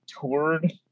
toured